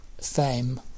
fame